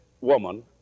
woman